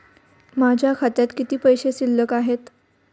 माझ्या खात्यात किती पैसे शिल्लक आहेत?